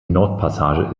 nordpassage